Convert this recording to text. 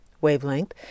wavelength